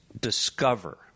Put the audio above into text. discover